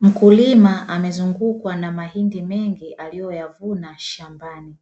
mkulima amezungukwa na mahindi mengi aliyoyavuna shambani,